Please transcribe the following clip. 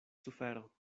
sufero